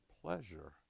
pleasure